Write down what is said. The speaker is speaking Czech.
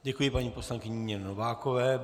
Děkuji paní poslankyni Nině Novákové.